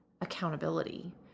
accountability